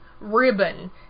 Ribbon